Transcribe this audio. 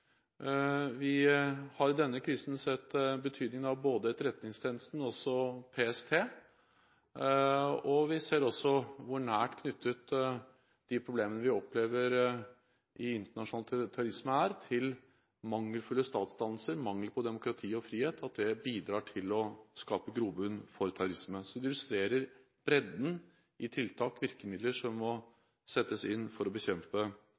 Vi har i denne krisen sett betydningen av både Etterretningstjenesten og PST, og vi ser også hvor nært knyttet de problemene vi opplever i internasjonal terrorisme, er til mangelfulle statsdannelser, mangel på demokrati og frihet, og at det bidrar til å skape grobunn for terrorisme. Det justerer bredden i tiltak og virkemidler som må settes inn for å bekjempe